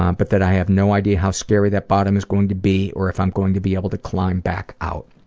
um but that i have no idea how scary that bottom is going to be or if i'm going to be able to climb back out.